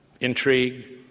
intrigue